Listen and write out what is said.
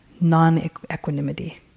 non-equanimity